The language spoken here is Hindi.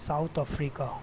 south Africa